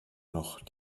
noch